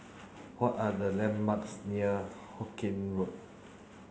what are the landmarks near Hawkinge Road